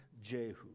Jehu